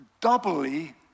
doubly